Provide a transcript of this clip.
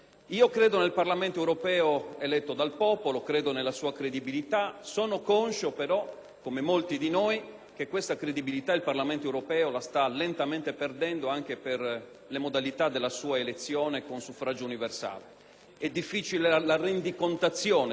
come molti di noi, che questa credibilità il Parlamento europeo la stia lentamente perdendo anche per le modalità della sua elezione con suffragio universale. È difficile la rendicontazione politica del parlamentare europeo; è difficile la sua elezione; è difficile il rapporto con il collegio;